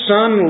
Son